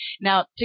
Now